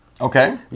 Okay